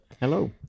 Hello